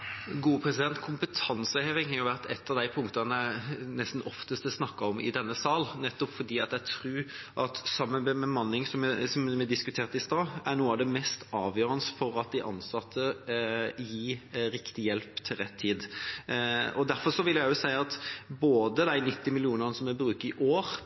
har jo vært et av de punktene som det nesten oftest snakkes om i denne sal, og jeg tror det er nettopp fordi det, sammen med bemanning, som vi diskuterte i stad, er noe av det mest avgjørende for at de ansatte gir riktig hjelp til rett tid. Jeg vil også si at jeg